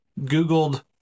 Googled